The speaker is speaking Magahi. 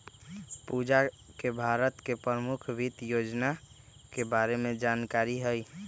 पूजा के भारत के परमुख वित योजना के बारे में जानकारी हई